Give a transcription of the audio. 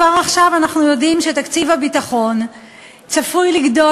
כבר עכשיו אנחנו יודעים שתקציב הביטחון צפוי לגדול